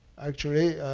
actually,